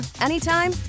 anytime